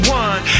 one